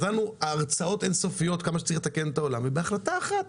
נתנה לנו הרצאות אין סופיות על כמה שצריך לתקן את העולם ובהחלטה אחת